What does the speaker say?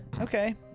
Okay